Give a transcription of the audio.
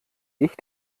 ich